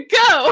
go